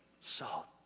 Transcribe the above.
Salt